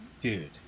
dude